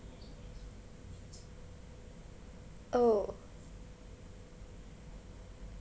oh